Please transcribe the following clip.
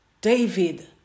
David